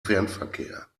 fernverkehr